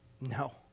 No